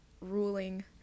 ruling